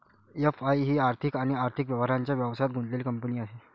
FI ही आर्थिक आणि आर्थिक व्यवहारांच्या व्यवसायात गुंतलेली कंपनी आहे